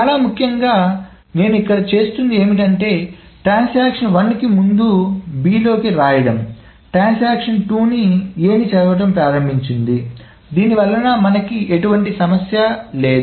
చాలా ముఖ్యంగా నేను ఇక్కడ చేస్తున్నది ఏమిటంటే ట్రాన్సాక్షన్ 1 కి ముందు B లో కి రాయడం ట్రాన్సాక్షన్2 A ని చదవడం ప్రారంభించింది దీనివలన మనకి ఎటువంటి సమస్య లేదు